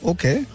Okay